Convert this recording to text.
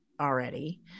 already